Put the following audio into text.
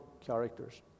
characters